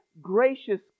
gracious